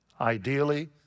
Ideally